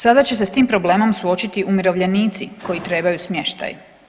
Sada će se s tim problemom suočiti umirovljenici koji trebaju smještaj.